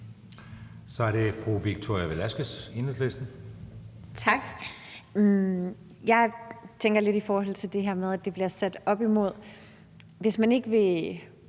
Kl. 19:11 Victoria Velasquez (EL): Tak. Jeg tænker lidt i forhold til det her med, at det bliver sat op imod det, at hvis man ikke –